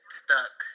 stuck